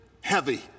heavy